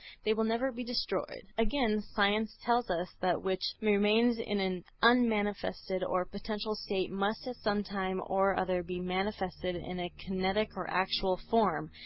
they will never be destroyed. again science tells us that that which remains in an unmanifested or potential state must at some time or other be manifested in a kinetic or actual form.